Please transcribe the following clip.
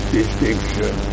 distinction